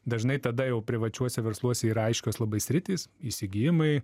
dažnai tada jau privačiuose versluose yra aiškios labai sritys įsigijimai